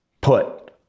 put